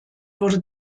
wurde